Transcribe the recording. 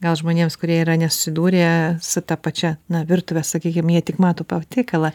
gal žmonėms kurie yra nesusidūrę su ta pačia na virtuve sakykim jie tik mato patiekalą